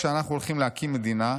כשאנחנו הולכים להקים מדינה,